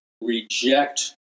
reject